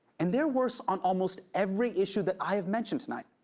and they're worse on almost every issue that i have mentioned tonight.